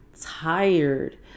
tired